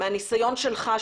מהניסיון שלך,